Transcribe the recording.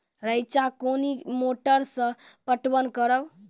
रेचा कोनी मोटर सऽ पटवन करव?